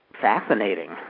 fascinating